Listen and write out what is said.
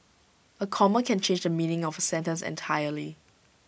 A comma can change the meaning of A sentence entirely